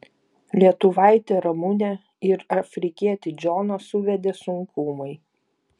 lietuvaitę ramunę ir afrikietį džoną suvedė sunkumai